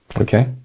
okay